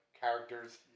characters